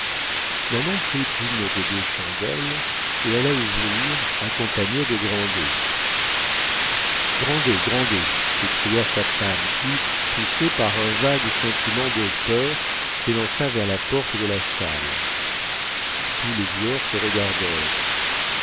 nanon prit une des deux chandelles et alla ouvrir accompagnée de grandet grandet grandet s'écria sa femme qui poussée par un vague sentiment de peur s'élança vers la porte de la salle tous les joueurs se